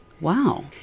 Wow